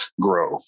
grow